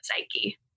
psyche